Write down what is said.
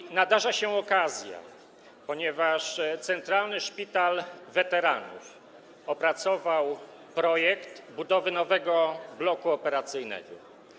I nadarza się okazja, ponieważ Centralny Szpital Weteranów opracował projekt budowy nowego bloku operacyjnego.